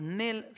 nel